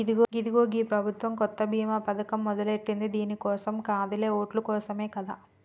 ఇదిగో గీ ప్రభుత్వం కొత్త బీమా పథకం మొదలెట్టింది దీని కోసం కాదులే ఓట్ల కోసమే కదా